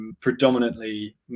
predominantly